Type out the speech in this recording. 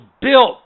built